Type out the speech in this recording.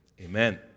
Amen